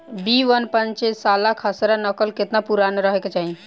B one और पांचसाला खसरा नकल केतना पुरान रहे के चाहीं?